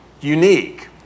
unique